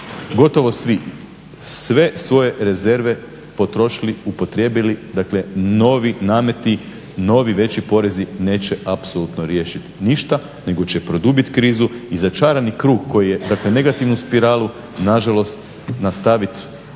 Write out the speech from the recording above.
gotovo svi sve svoje rezerve potrošili, upotrijebili. Dakle novi nameti, novi veći porezi neće apsolutno riješiti ništa nego će produbiti krizu i začarani krug koji je, znači negativnu spiralu, na žalost nastaviti